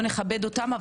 נכבד אותם.